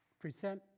present